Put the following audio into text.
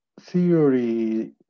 theory